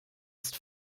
ist